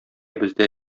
бездә